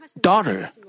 daughter